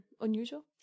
unusual